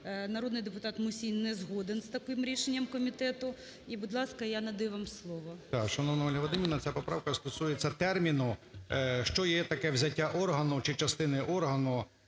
Народний депутат Мусій не згоден з таким рішенням комітету. І, будь ласка, я надаю вам слово. 13:00:16 МУСІЙ О.С. Шановна Ольга Вадимівна! Ця поправка стосується терміну, що є таке "взяття органу чи частини органу".